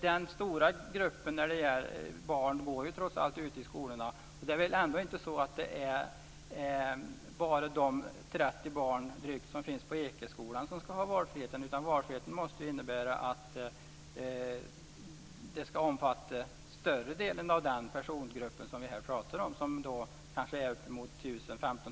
Den stora gruppen barn går ju trots allt ute på skolorna. Det är väl ändå inte bara de drygt 30 Valfrihet måste omfatta större delen av den persongrupp som vi pratar om här. Det handlar om 1 000